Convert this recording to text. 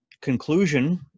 conclusion